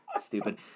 Stupid